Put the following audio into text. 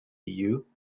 you